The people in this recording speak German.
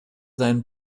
seinen